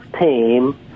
team